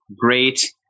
great